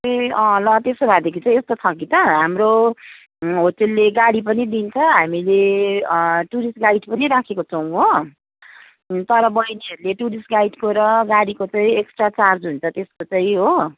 ए अँ ल त्यसो भएदेखि चाहिँ यस्तो छ कि त हाम्रो त्यसले गाडी पनि दिन्छ हामीले टुरिस्ट गाइड पनि राखेको छौँ हो तर बैनीहरूले टुरिस्ट गाइडको र गाडीको चाहिँ एक्स्ट्रा चार्ज हुन्छ त्यसको चाहिँ